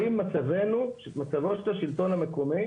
האם מצבו של השלטון המקומי